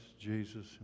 Jesus